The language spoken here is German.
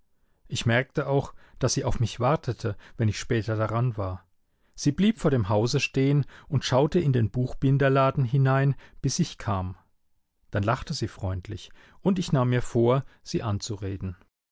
ich merkte auch daß sie auf mich wartete wenn ich später daran war sie blieb vor dem hause stehen und schaute in den buchbinderladen hinein bis ich kam dann lachte sie freundlich und ich nahm mir vor sie anzureden